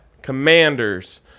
Commanders